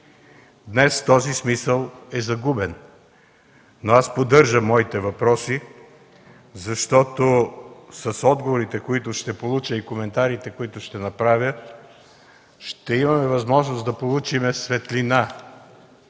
Днес този смисъл е загубен. Но аз поддържам моите въпроси, защото с отговорите, които ще получа, и коментарите, които ще направя, ще имаме възможност да получим светлина,